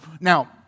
Now